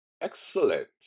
Excellent